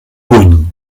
puny